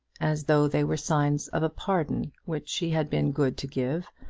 as though they were signs of a pardon which she had been good to give,